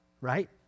right